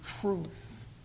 truth